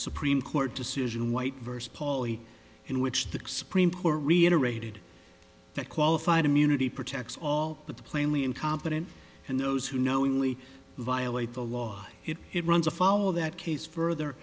supreme court decision white vs pauli in which the supreme court reiterated that qualified immunity protects all but the plainly incompetent and those who knowingly violate the law if it runs afoul of that case further